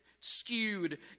skewed